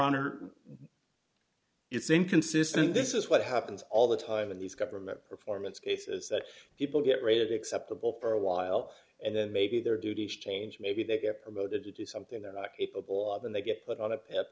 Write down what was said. honor it's inconsistent this is what happens all the time in these government performance cases that people get rated acceptable for a while and then maybe their duties change maybe they get promoted to do something that i capable of and they get put on a pe